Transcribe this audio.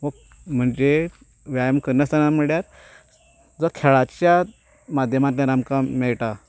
हो म्हणजे व्यायाम करनासतना म्हणल्यार जो खेळाच्या माद्यमांतल्यान आमकां मेळटा